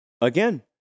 Again